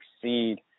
succeed